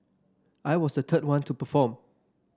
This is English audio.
I was the third one to perform